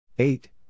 Eight